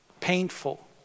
painful